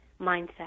mindset